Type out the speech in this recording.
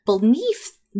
beneath